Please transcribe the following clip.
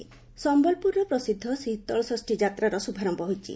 ଶୀତଳଷଷ୍ଠୀ ସମ୍ଭଲପୁରର ପ୍ରସିଦ୍ଧ ଶୀତଳ ଷଷୀ ଯାତ୍ରାର ଶୁଭାରମ୍ୟ ହୋଇଛି